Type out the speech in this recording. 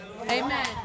Amen